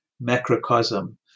macrocosm